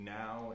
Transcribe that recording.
now